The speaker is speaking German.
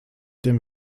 dem